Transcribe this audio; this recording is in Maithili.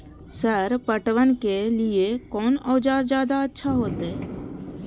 सर पटवन के लीऐ कोन औजार ज्यादा अच्छा होते?